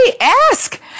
ask